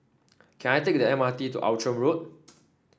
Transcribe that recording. can I take the M R T to Outram Road